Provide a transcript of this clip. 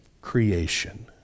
creation